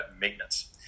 maintenance